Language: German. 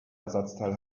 ersatzteil